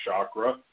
chakra